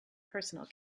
personal